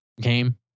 game